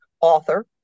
Author